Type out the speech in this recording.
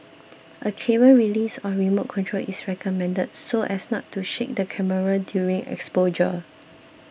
a cable release or remote control is recommended so as not to shake the camera during exposure